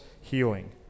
healing